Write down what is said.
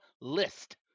list